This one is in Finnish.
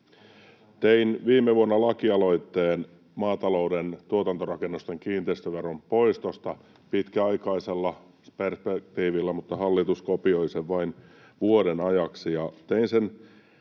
Tein viime vuonna lakialoitteen maatalouden tuotantorakennusten kiinteistöveron poistosta pitkäaikaisella perspektiivillä, mutta hallitus kopioi sen vain vuoden ajaksi.